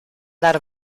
dar